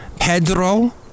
Pedro